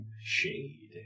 shade